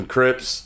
Crips